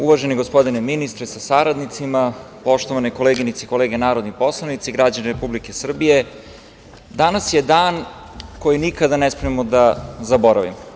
Uvaženi gospodine ministre sa saradnicima, poštovane koleginice i kolege narodni poslanici, građani Republike Srbije, danas je dan koji nikada ne smemo da zaboravimo.